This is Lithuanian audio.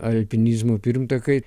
alpinizmo pirmtakai